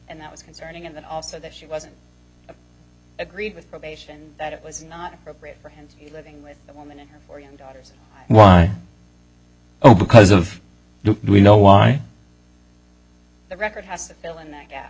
and that was concerning and that also that she wasn't agreed with probation that it was not appropriate for him to be living with the woman and her four young daughters while the cause of we know why the record has to fill in that gap